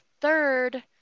third